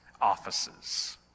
offices